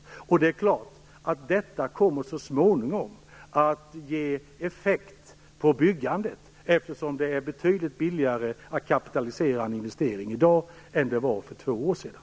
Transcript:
Självfallet kommer detta så småningom att ge effekt på byggandet. Det är ju betydligt billigare att kapitalisera en investering i dag än det var för två år sedan.